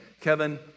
Kevin